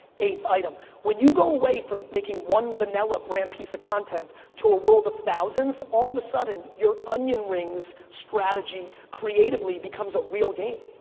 eighth item. when you go away from making one vanilla brand piece of content to a world of thousands, all of a sudden your onion rings strategy creatively becomes a real game.